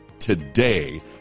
Today